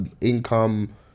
income